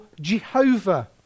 Jehovah